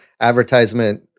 advertisement